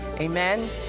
Amen